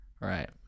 Right